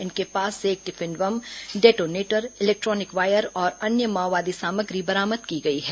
इनके पास से एक tiffin bomb detonator electronic wire और अन्य माओवादी सामग्री बरामद की गई है